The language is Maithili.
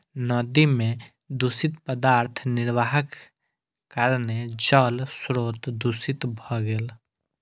नदी में दूषित पदार्थ निर्वाहक कारणेँ जल स्त्रोत दूषित भ गेल